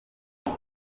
kuwa